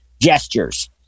gestures